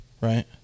right